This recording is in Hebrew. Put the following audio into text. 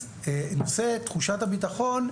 אז נושא תחושת הביטחון,